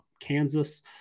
Kansas